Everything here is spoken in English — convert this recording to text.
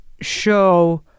show